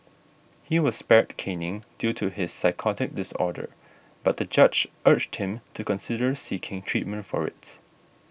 he was spared caning due to his psychotic disorder but the judge urged him to consider seeking treatment for it